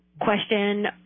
question